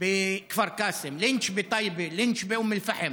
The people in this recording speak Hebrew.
בכפר קאסם", "לינץ' בטייבה", "לינץ' באום אל-פחם".